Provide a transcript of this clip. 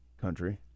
country